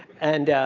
and